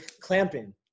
clamping